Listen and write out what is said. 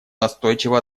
настойчиво